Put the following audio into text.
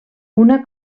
una